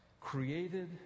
created